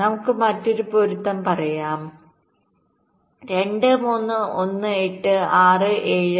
നമുക്ക് മറ്റൊരു പൊരുത്തം പറയാം 2 3 1 8 6 7 4 5